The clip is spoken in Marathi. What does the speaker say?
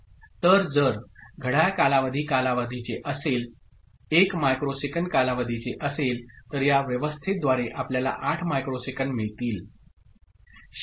तर जर घड्याळ कालावधी कालावधीचे असेल 1 मायक्रोसेकंद कालावधीचे असेल तर या व्यवस्थेद्वारे आपल्याला 8 मायक्रोसेकंद मिळतील